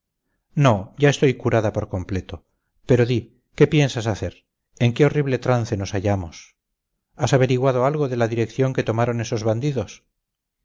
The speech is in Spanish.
no ya estoy curada por completo pero di qué piensas hacer en qué horrible trance nos hallamos has averiguado algo de la dirección que tomaron esos bandidos